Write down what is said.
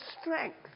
strength